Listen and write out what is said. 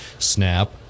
snap